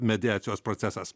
mediacijos procesas